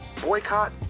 boycott